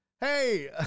Hey